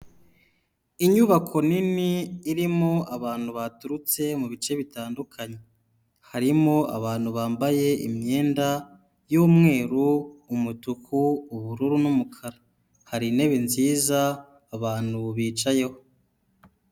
Inyubako nini irimo abantu baturutse mu bice bitandukanye. Harimo abantu bambaye imyenda y'umweru, umutuku, ubururu n'umukara. Hari intebe nziza abantu bicayeho.